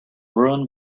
ruined